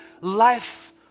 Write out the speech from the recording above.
life